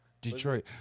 Detroit